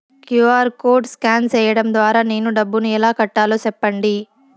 QR code scan సేయడం ద్వారా నేను డబ్బును ఎలా కట్టాలో సెప్పండి?